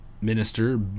Minister